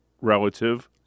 relative